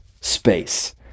space